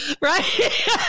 Right